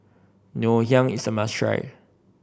Ngoh Hiang is a must try